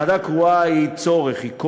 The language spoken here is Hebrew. ועדה קרואה היא צורך, היא כורח.